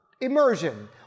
immersion